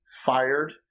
fired